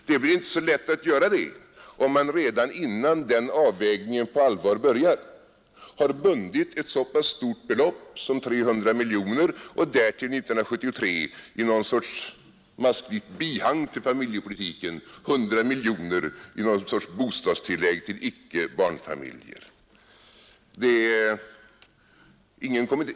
Det blir inte så lätt att göra det, om man redan innan den avvägningen på allvar börjar har bundit ett så pass stort belopp som 300 miljoner kronor och därtill 1973, i någon sorts maskliknande bihang till familjepolitiken, 100 miljoner kronor i ett slags bostadstillägg till icke-barnfamiljer.